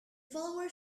follower